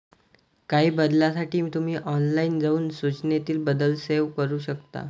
काही बदलांसाठी तुम्ही ऑनलाइन जाऊन सूचनेतील बदल सेव्ह करू शकता